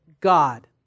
God